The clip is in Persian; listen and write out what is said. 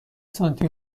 سانتی